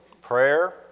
prayer